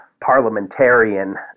parliamentarian